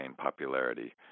popularity